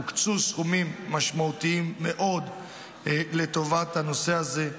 הוקצו סכומים משמעותיים מאוד לטובת הנושא הזה,